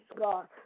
God